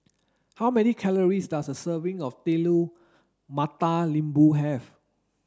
how many calories does a serving of telur mata lembu have